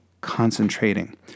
concentrating